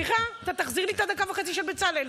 סליחה, אתה תחזיר לי את הדקה וחצי של בצלאל.